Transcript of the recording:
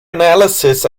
analysis